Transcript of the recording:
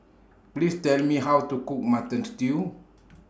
Please Tell Me How to Cook Mutton Stew